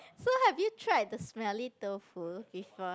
so have you tried the smelly tofu before